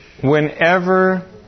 Whenever